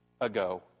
ago